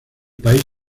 país